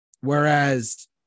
Whereas